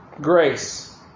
Grace